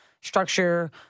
structure